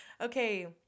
Okay